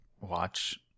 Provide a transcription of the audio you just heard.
watch